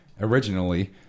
originally